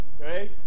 Okay